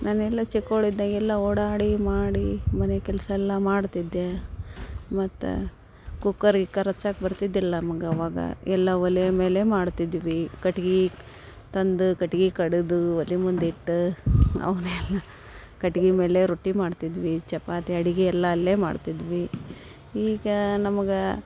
ನಾನು ಎಲ್ಲ ಚಿಕ್ಕವ್ಳಿದ್ದಾಗೆಲ್ಲ ಓಡಾಡಿ ಮಾಡಿ ಮನೆ ಕೆಲಸ ಎಲ್ಲ ಮಾಡ್ತಿದ್ದೆ ಮತ್ತು ಕುಕ್ಕರ್ ಗಿಕ್ಕರ್ ಹಚ್ಚಕ್ಕೆ ಬರ್ತಿದ್ದಿಲ್ಲ ನಮ್ಗೆ ಅವಾಗ ಎಲ್ಲ ಒಲೆ ಮೇಲೇ ಮಾಡ್ತಿದ್ದೆವು ಕಟ್ಗೆ ತಂದು ಕಟ್ಗೆ ಕಡಿದು ಒಲೆ ಮುಂದೆ ಇಟ್ಟು ಅವನ್ನೆಲ್ಲ ಕಟ್ಗೆ ಮೇಲೆ ರೊಟ್ಟಿ ಮಾಡ್ತಿದ್ವಿ ಚಪಾತಿ ಅಡ್ಗೆ ಎಲ್ಲ ಅಲ್ಲೇ ಮಾಡ್ತಿದ್ವಿ ಈಗ ನಮಗೆ